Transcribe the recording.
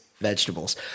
vegetables